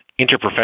interprofessional